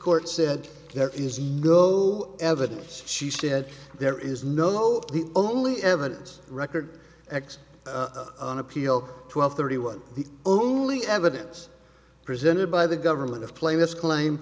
court said there is no evidence she said there is no look the only evidence record x on appeal twelve thirty one the only evidence presented by the government of playing this claim